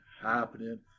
Happening